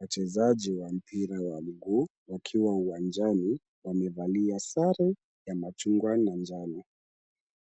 Mchezaji wa mpira wa mguu wakiwa uwanjani, wamevalia sare ya machungwa na njano.